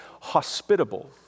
hospitable